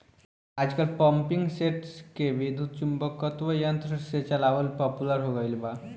आजकल पम्पींगसेट के विद्युत्चुम्बकत्व यंत्र से चलावल पॉपुलर हो गईल बा